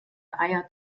eier